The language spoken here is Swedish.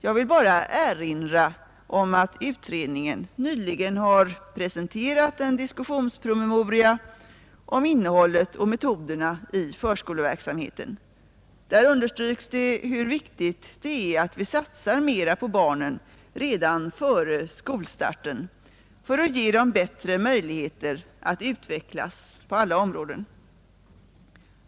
Jag vill bara erinra om att utredningen nyligen har presenterat en diskussionspromemoria om innehållet och metoderna i förskoleverksamheten. Där understryks det hur viktigt det är att vi satsar mera på barnen redan före skolstarten för att ge dem bättre möjligheter att utvecklas på alla områden.